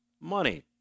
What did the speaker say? money